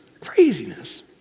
Craziness